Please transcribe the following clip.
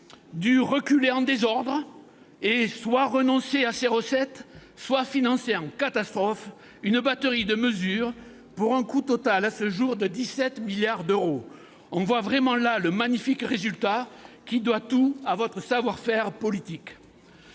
dû reculer en désordre, soit pour renoncer à ces recettes, soit pour financer en catastrophe une batterie de mesures pour un coût total évalué à ce jour à 17 milliards d'euros. On en voit le magnifique résultat, qui doit tout à votre savoir-faire politique.